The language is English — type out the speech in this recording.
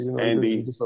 Andy